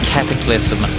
Cataclysm